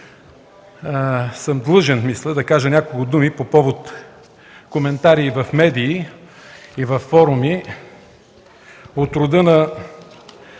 съм длъжен да кажа няколко думи по повод коментари в медии и във форуми от рода на: